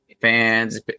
fans